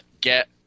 get